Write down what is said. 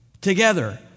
together